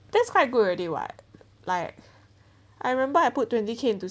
that's quite good already [what] like I remember I put twenty K into